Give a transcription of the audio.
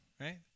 right